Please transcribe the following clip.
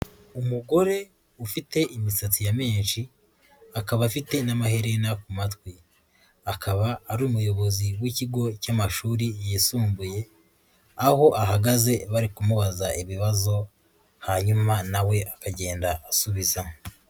Umugore ufite imisatsi ya menshi akaba afite n'amaherena ku matwi, akaba ari umuyobozi w'ikigo cy'amashuri yisumbuye, aho ahagaze bari kumubaza ibibazo hanyuma na we akagenda asubiza.